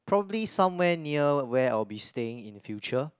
probably somewhere near where I will staying in the future